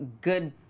good